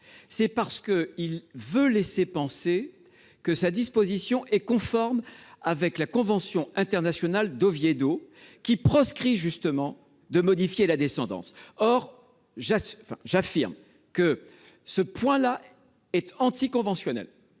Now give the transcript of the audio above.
d'abord, il veut laisser penser que sa disposition est conforme à la convention internationale d'Oviedo, qui proscrit justement de modifier la descendance. Eh oui ! Or j'affirme que cette disposition est anti-conventionnelle,